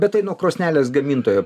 bet tai nuo krosnelės gamintojo